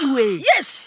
Yes